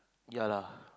ya lah